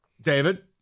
David